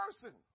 person